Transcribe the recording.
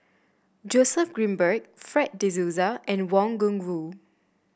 Joseph Grimberg Fred De Souza and Wang Gungwu